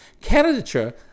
candidature